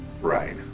Right